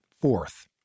Fourth